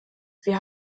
wir